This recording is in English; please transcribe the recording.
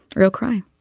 real crime